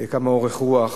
כמה אורך רוח,